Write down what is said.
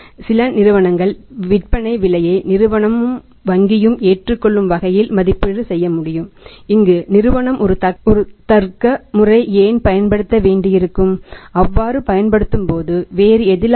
அதாவது அவர்கள் விற்பனை விலையோ அல்லது செலவு விலையோ அது வாங்குபவர் மற்றும் விற்பவர் உற்பத்தியாளர் மற்றும் வங்கிக்கு கிடையிலானது